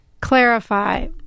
clarify